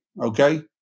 Okay